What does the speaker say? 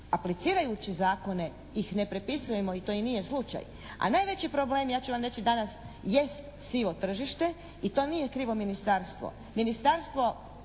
aplicirajući zakone ih ne prepisujemo i to i nije slučaj, a najveći problem ja ću vam reći danas jest sivo tržište i to nije krivo ministarstvo.